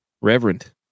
Reverend